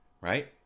right